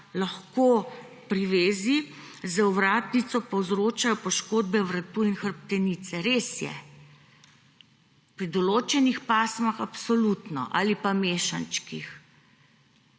lahko privezi z ovratnico povzročajo poškodbe vratu in hrbtenice. Res je, pri določenih pasmah absolutno ali pa mešančkih.